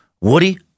Woody